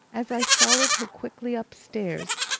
as i followed her quickly upstairs,